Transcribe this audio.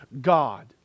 God